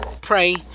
Pray